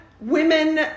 women